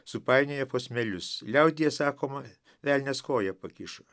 supainioja posmelius liaudyje sakoma velnias koją pakišo